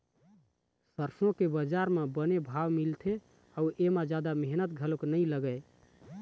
सरसो के बजार म बने भाव मिलथे अउ एमा जादा मेहनत घलोक नइ लागय